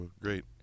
great